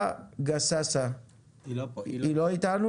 היא לא איתנו,